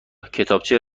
کتابچه